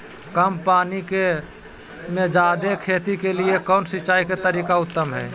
कम पानी में जयादे खेती के लिए कौन सिंचाई के तरीका उत्तम है?